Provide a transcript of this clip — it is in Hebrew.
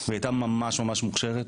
והיא הייתה ממש-ממש מוכשרת.